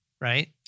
right